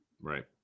right